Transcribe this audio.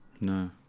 No